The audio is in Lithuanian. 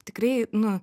tikrai nu